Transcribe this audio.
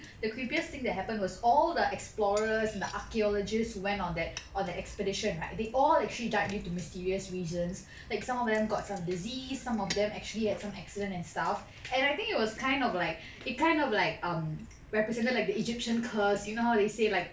the creepiest thing that happened was all the explorers and the archaeologists who went on that on the expedition right they all actually die due to mysterious reasons like some of them got some disease some of them actually had some accident and stuff and I think it was kind of like it kind of like um represented like the egyptian curse you know how they say like